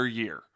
year